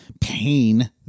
pain